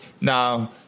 Now